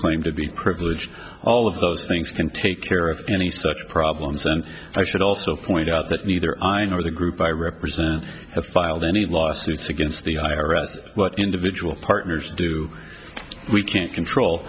claimed to be privileged all of those things can take care of any such problems and i should also point out that neither i nor the group i represent have filed any lawsuits against the i r s but individual partners do we can't control